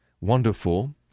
wonderful